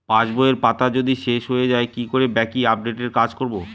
পাসবইয়ের পাতা যদি শেষ হয়ে য়ায় কি করে বাকী আপডেটের কাজ করব?